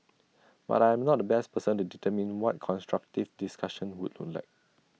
but I am not the best person to determine what constructive discussion would look like